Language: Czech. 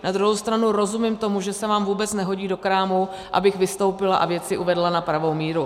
Na druhou stranu rozumím tomu, že se vám vůbec nehodí do krámu, abych vystoupila a věci uvedla na pravou míru.